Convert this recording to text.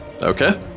Okay